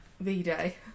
V-Day